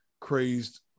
crazed